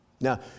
Now